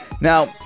Now